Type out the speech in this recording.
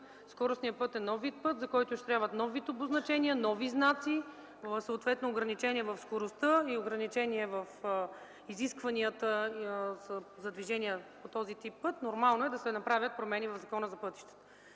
скоростният път е нов вид път, за който ще трябват нов вид обозначения, нови знаци, съответно ограничение в скоростта и ограничение в изискванията за движение по този тип път, нормално е да се направят промени в Закона за пътищата.